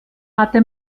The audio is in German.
hatte